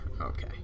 Okay